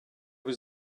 was